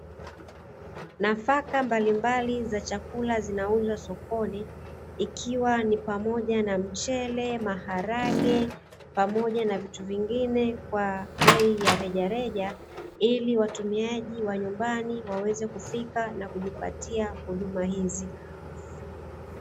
Nafaka mbalimbali za chakula zinauzwa sokoni, ikiwa ni pamoja na: mchele, maharage pamoja na vitu vingine; kwa bei ya rejareja, ili watumiaji wa nyumbani waweze kufika na kujipatia huduma hizi.